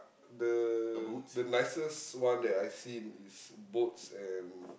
the the nicest one that I've seen is boats and